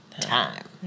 time